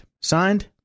Signed